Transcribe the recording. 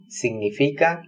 significa